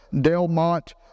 Delmont